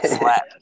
slap